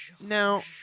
Now